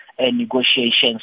negotiations